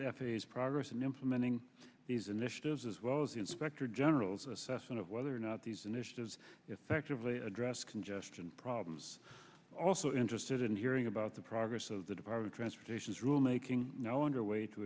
initiatives as well as the inspector general's assessment of whether or not these initiatives effectively address congestion problems also interested in hearing about the progress of the departed transportations rulemaking now under way to